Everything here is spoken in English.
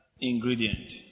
ingredient